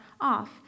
off